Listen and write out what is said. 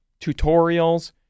tutorials